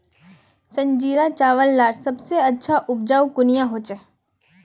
संजीरा चावल लार सबसे अच्छा उपजाऊ कुनियाँ होचए?